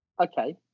Okay